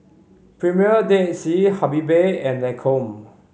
Premier Dead Sea Habibie and Lancome